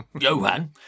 Johan